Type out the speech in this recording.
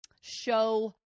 show